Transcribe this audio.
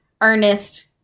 Ernest